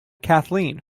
kathleen